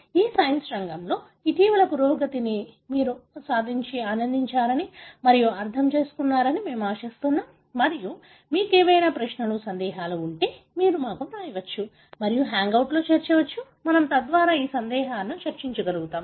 ఈ సైన్స్ రంగంలో ఇటీవలి పురోగతిని మీరు ఆనందించారని మరియు అర్థం చేసుకున్నారని మేము ఆశిస్తున్నాము మరియు మీకు ఏవైనా ప్రశ్నలు సందేహాలు ఉంటే మీరు మాకు వ్రాయవచ్చు మరియు హ్యాంగ్అవుట్లలో చేరవచ్చు మనము తద్వారా ఆ సందేహాలను చర్చించగలుగుతాము